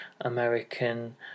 American